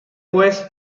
pues